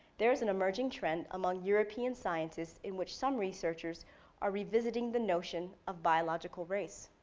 there's an emerging trend among european scientists in which some researchers are revisiting the notion of biological race.